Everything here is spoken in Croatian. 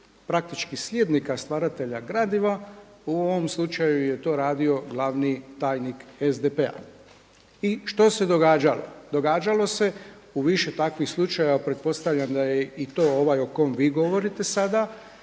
praktički slijednika stvaratelja gradiva u ovom slučaju je to radio glavni tajnik SDP-a. I što se događalo? Događalo se u više takvih slučajeva, pretpostavljam da je i to ovaj o kom vi govorite sada,